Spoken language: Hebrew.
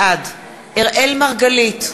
בעד אראל מרגלית,